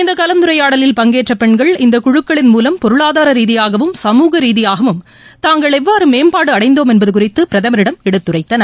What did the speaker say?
இந்த கலந்துரையாடலில் பங்கேற்ற பெண்கள் இந்த குழுக்களின் மூலம் பொருளாதார ரீதியாகவும் சமூக ரீதியாகவும் தாங்கள் எவ்வாறு மேம்பாடு அடைந்தோம் என்பது குறித்து பிரதமரிடம் எடுத்துரைத்தனர்